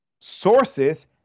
Sources